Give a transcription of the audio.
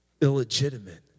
Illegitimate